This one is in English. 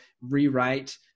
rewrite